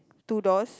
two doors